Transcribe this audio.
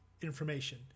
information